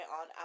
on